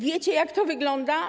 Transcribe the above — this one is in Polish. Wiecie, jak to wygląda?